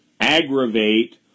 aggravate